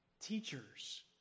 teachers